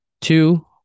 Two